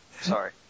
Sorry